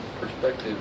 perspective